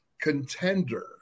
contender